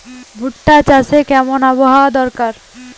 ভুট্টা চাষে কেমন আবহাওয়া দরকার?